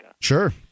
sure